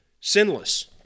sinless